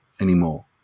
anymore